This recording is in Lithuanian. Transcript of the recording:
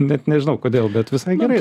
net nežinau kodėl bet visai gerai